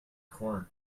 corn